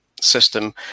system